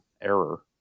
error